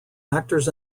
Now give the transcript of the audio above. actors